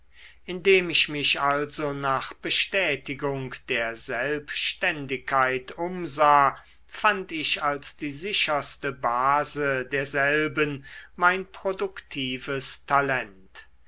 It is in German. indem ich mich also nach bestätigung der selbständigkeit umsah fand ich als die sicherste base derselben mein produktives talent